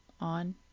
on